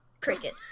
Cricket